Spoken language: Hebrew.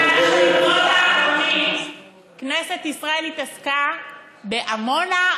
מפני שבשבועות האחרונים כנסת ישראל התעסקה בעמונה,